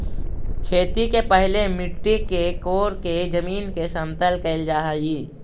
खेती के पहिले मिट्टी के कोड़के जमीन के समतल कैल जा हइ